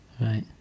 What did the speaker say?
Right